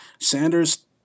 Sanders